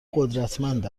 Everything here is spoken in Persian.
قدرتمند